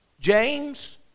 James